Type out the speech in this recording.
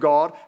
God